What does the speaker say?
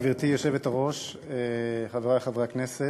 גברתי היושבת-ראש, חברי חברי הכנסת,